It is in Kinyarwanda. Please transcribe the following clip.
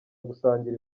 gusangira